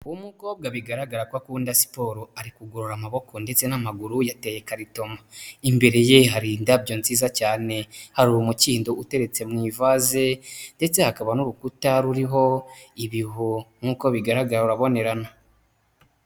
Umukobwa bigaragara ko akunda siporo ari kugorora amaboko ndetse n'amaguru yateye karitomo, imbere ye hari indabyo nziza cyane hari umukindo uteretse mu ivaze ndetse hakaba n'urukuta ruriho ibihu nk'uko bigaragara urabonerana.